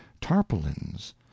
tarpaulins